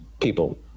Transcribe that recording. people